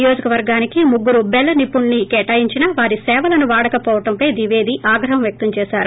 నియోజకవర్గానికి ముగ్గురు భెల్ నిపుణుల్పి కేటాయించినా వారి సేవలను వాడకపోవడంపై ద్వేది ఆగ్రహం వ్వక్తం చేశారు